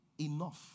enough